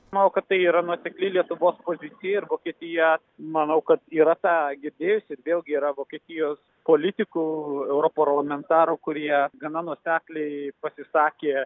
manau kad tai yra nuosekli lietuvos pozicija ir vokietija manau kad yra tą girdėjusi ir vėlgi yra vokietijos politikų europarlamentarų kurie gana nuosekliai pasisakė